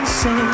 say